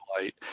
light